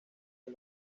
del